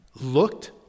looked